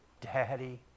Daddy